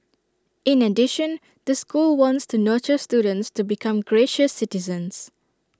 in addition the school wants to nurture students to become gracious citizens